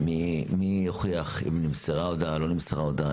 מי יוכיח אם נמסרה הודעה או לא נמסרה הודעה?